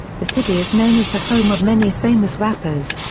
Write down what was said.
the city is known as the home of many famous rappers.